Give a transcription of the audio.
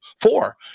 Four